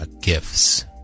gifts